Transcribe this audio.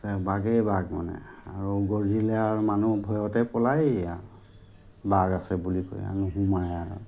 বাঘেই বাঘ মানে আৰু গৰ্জিলে আৰু মানুহ ভয়তে পলায়েই আৰু বাঘ আছে বুলি কৈ আৰু নোসোমায় আৰু